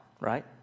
right